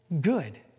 good